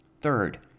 Third